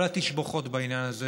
כל התשבחות בעניין הזה